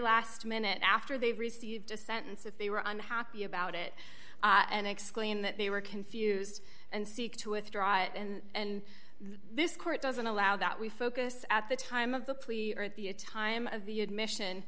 last minute after they received a sentence if they were unhappy about it and explain that they were confused and seek to withdraw it and this court doesn't allow that we focus at the time of the plea or at the time of the admission